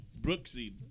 Brooksy